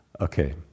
Okay